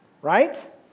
right